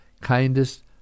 kindest